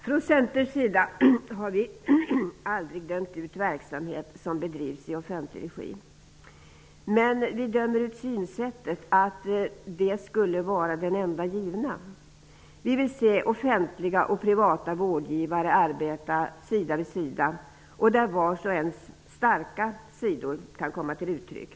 Från Centerns sida har vi aldrig dömt ut verksamhet som bedrivs i offentlig regi. Men vi dömer ut synsättet att den skulle vara det enda givna. Vi vill se offentliga och privata vårdgivare arbeta sida vid sida, så att vars och ens starka sidor kan komma till uttryck.